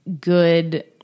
good